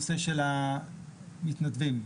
יש הרבה מאוד את נושא המתנדבים.